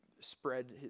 spread